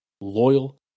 loyal